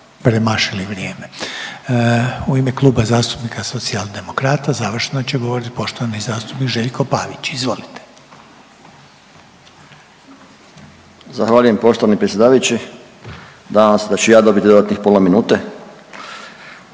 premašili vrijeme. U ime Kluba zastupnika Socijaldemokrata završno će govoriti poštovani zastupnik Željko Pavić. Izvolite. **Pavić, Željko (Socijaldemokrati)** Zahvaljujem poštovani predsjedavajući. Nadam se da ću i ja dobiti dodatnih pola minute.